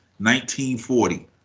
1940